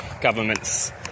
governments